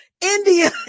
India